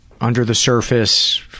under-the-surface